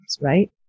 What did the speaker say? right